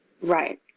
right